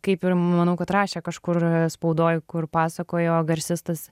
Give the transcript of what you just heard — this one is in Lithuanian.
kaip ir manau kad rašė kažkur spaudoj kur pasakojo garsistas